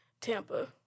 Tampa